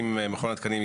אם מכון התקנים,